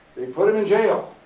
they put him in jail.